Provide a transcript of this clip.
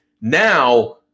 now